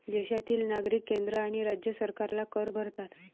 देशातील नागरिक केंद्र आणि राज्य सरकारला कर भरतात